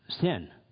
Sin